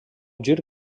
gir